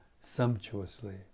sumptuously